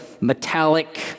metallic